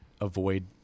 avoid